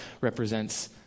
represents